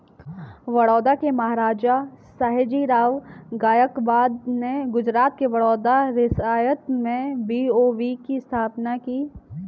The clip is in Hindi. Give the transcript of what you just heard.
बड़ौदा के महाराजा, सयाजीराव गायकवाड़ ने गुजरात के बड़ौदा रियासत में बी.ओ.बी की स्थापना की